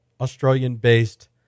Australian-based